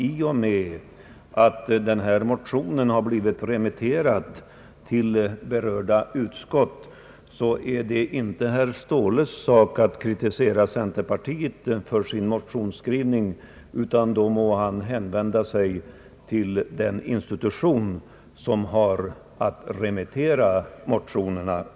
I och med att motionen blivit remitterad till berörda utskott, förmodar jag att herr Ståhle inte bör kritisera centerpartiet för dess motionsskrivning utan i stället den institution som har att remittera motioner.